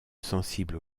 sensible